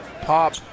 pop